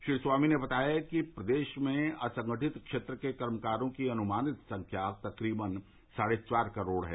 श्री स्वामी ने बताया कि प्रदेश में असंगठित क्षेत्र के कर्मकारों की अनुमानित संख्या तक्रीबन साढ़े चार करोड़ है